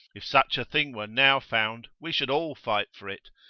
if such a thing were now found, we should all fight for it,